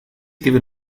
given